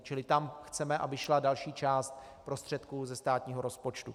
Čili tam chceme, aby šla další část prostředků ze státního rozpočtu.